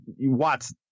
Watts